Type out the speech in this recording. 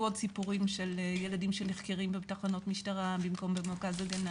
עוד סיפורים של ילדים שנחקרים בתחנות משטרה במקום במרכז הגנה.